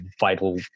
vital